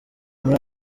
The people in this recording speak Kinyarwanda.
muri